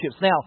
Now